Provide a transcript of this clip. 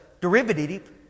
derivative